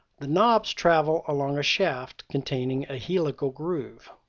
the knobs travel along a shaft containing a helical groove.